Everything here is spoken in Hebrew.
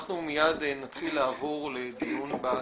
אנחנו מיד נעבור לדיון בסעיפים.